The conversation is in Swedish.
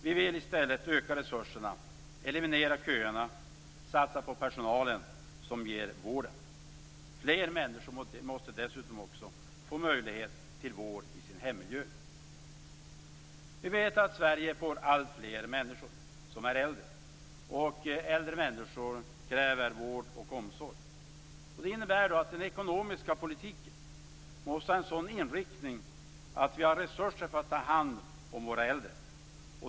Vi vill i stället öka resurserna, eliminera köerna och satsa på den personal som ger vården. Dessutom måste fler människor få möjlighet till vård i hemmiljö. Vi vet att Sverige får alltfler människor som är äldre. Äldre människor kräver vård och omsorg. Det innebär att den ekonomiska politiken måste ha en sådan inriktning att vi har resurser för att ta hand om våra äldre.